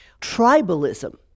tribalism